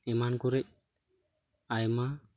ᱮᱱᱟᱢ ᱠᱚᱨᱮᱫ ᱟᱭᱢᱟ